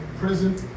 prison